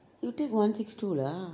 you take one six two lah